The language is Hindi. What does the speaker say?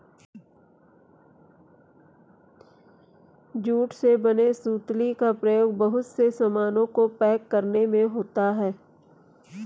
जूट से बने सुतली का प्रयोग बहुत से सामानों को पैक करने में होता है